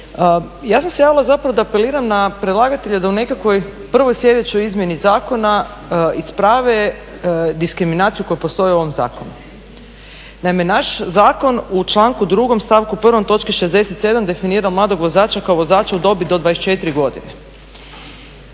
Ja sam se javila zapravo da apeliram na predlagatelja da u nekakvoj prvoj sljedećoj izmjeni zakona isprave diskriminaciju koja postoji u ovom zakonu. Naime, naš zakon u članku 2. stavku 1. točci 67. definira mladog vozača kao vozača u dobi do 24 godine.